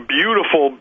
beautiful